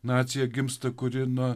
nacija gimsta kuri na